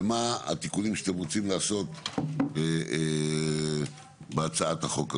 ומהם התיקונים שאתם רוצים לעשות בהצעת החוק הזאת.